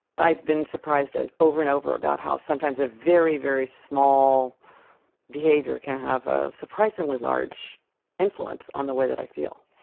i've been surprised and over and over about how sometimes a very, very small behaviour can have a surprisingly large influence on the way that i feel.